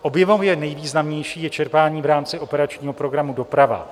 Objemově nejvýznamnější je čerpání v rámci operačního programu Doprava.